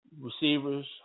receivers